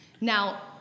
Now